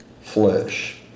flesh